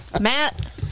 Matt